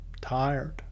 tired